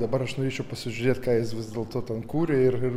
dabar aš norėčiau pasižiūrėt ką jis vis dėlto ten kūrė ir